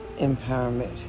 empowerment